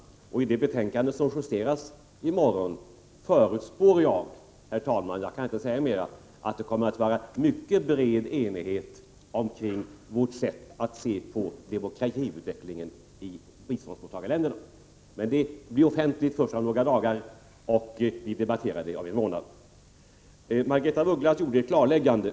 Jag förutspår — jag kan inte säga mera — att det i det betänkande som justeras i morgon kommer att vara en mycket bred enighet om vårt sätt att se på demokratiutvecklingen i de länder som mottar bistånd. Men betänkandet blir offentligt först om några dagar, och vi debatterar det om en månad. Margaretha af Ugglas gjorde ett klarläggande.